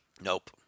Nope